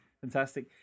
Fantastic